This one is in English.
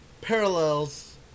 parallels